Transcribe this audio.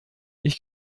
ich